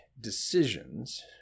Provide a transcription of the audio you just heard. decisions